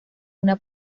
una